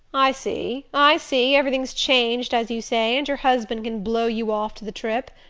i see i see everything's changed, as you say, and your husband can blow you off to the trip.